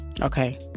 okay